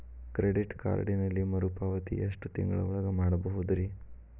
Credit ಕಾರ್ಡಿನಲ್ಲಿ ಮರುಪಾವತಿ ಎಷ್ಟು ತಿಂಗಳ ಒಳಗ ಮಾಡಬಹುದ್ರಿ?